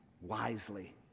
wisely